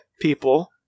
people